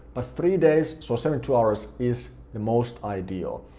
but three days, so seventy two hours, is the most ideal.